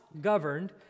governed